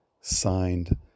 Signed